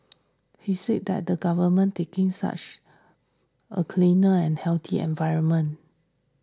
he said that the Government taking such a cleaner and healthier environment